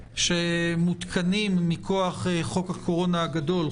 שמותקנים מכוח חוק הקורונה הגדול,